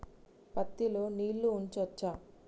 పత్తి లో నీళ్లు ఉంచచ్చా?